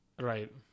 right